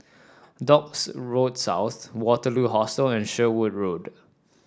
Docks Road South Waterloo Hostel and Sherwood Road